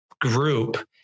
group